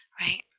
right